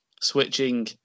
switching